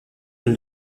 dans